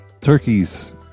Turkeys